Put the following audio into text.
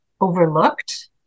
overlooked